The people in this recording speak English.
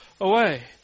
away